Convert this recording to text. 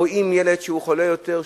רואים ילד שחולה יותר,